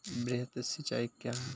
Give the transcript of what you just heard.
वृहद सिंचाई कया हैं?